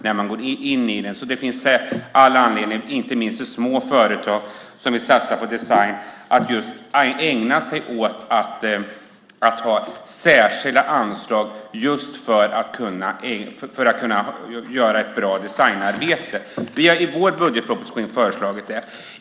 Det finns därför all anledning att ge, inte minst små företag som vill satsa på design, särskilda anslag för att de ska kunna göra ett bra designarbete. Det har vi föreslagit i vår budgetmotion.